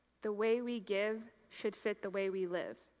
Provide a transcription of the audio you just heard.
the way we give should fit the way we live.